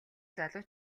залуу